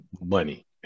Money